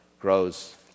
grows